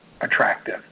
attractive